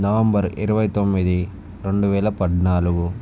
November ఇరవై తొమ్మిది రెండు వేల పద్నాలుగు